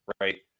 right